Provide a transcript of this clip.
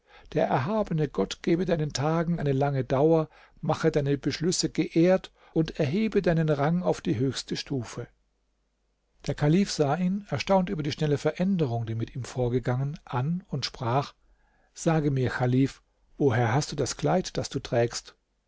der erhabene gott gebe deinen tagen eine lange dauer mache deine beschlüsse geehrt und erhebe deinen rang auf die höchste stufe der kalif sah ihn erstaunt über die schnelle veränderung die mit ihm vorgegangen an und sprach sage mir chalif woher hast du das kleid das du trägst